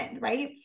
right